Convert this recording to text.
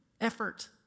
effort